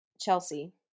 Chelsea